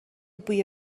بوی